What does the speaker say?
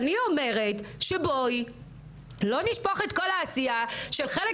אני אומרת שבואי לא נשפוך את כל העשייה של חלק